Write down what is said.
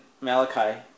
Malachi